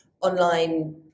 online